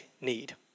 need